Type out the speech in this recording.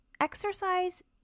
Exercise